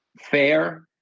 fair